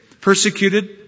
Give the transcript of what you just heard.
persecuted